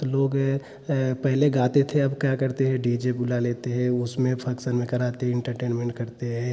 तो लोग पहले गाते थे अब क्या करते हैं डी जे बुला लेते हैं उसमें फंक्शन कराते हैं एंटरटेनमेंट करते हैं